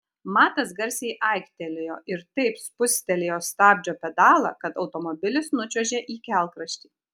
matas garsiai aiktelėjo ir taip spustelėjo stabdžio pedalą kad automobilis nučiuožė į kelkraštį